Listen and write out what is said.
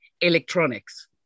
electronics